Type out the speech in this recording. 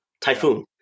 Typhoon